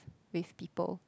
with people